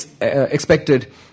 expected